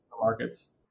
markets